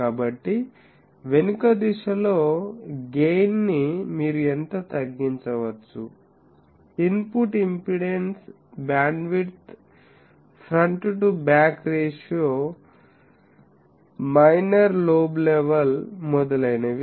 కాబట్టి వెనుక దిశలో గెయిన్ ని మీరు ఎంత తగ్గించవచ్చు input impedance bandwidth front to back ratio minor lobe level మొదలైనవి